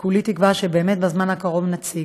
וכולי תקווה שבאמת בזמן הקרוב נציג.